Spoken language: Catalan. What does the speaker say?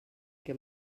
que